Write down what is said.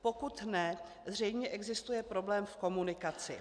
Pokud ne, zřejmě existuje problém v komunikaci.